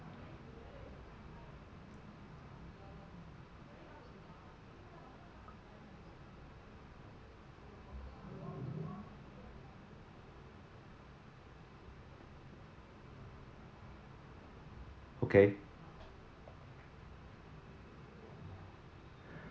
okay